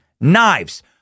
knives